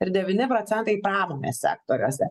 ir devyni procentai pramonės sektoriuose